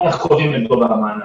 איך קובעים את גובה המענק.